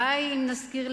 די אם נזכיר,